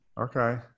Okay